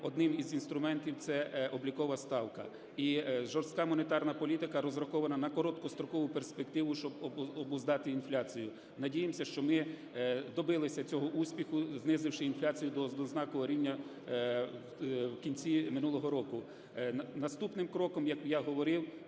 одним із інструментів – це облікова ставка. І жорстка монетарна політика розрахована на короткострокову перспективу, щоб обуздати інфляцію. Надіємося, що ми добилися цього успіху, знизивши інфляцію до знакового рівня в кінці минулого року. Наступним кроком, як я говорив,